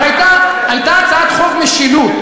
הרי הייתה הצעת חוק משילות,